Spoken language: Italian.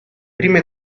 prime